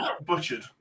butchered